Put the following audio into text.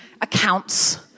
Accounts